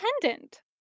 dependent